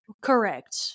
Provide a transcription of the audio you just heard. Correct